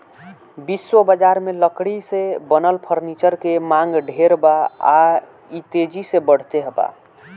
विश्व बजार में लकड़ी से बनल फर्नीचर के मांग ढेर बा आ इ तेजी से बढ़ते बा